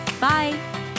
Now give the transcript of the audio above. Bye